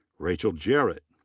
rachel jarrett.